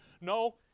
No